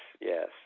yes